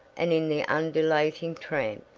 and in the undulating tramp,